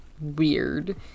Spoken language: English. weird